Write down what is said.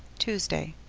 tuesday